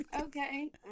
okay